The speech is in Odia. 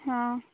ହଁ